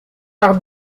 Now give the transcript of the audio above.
par